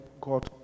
God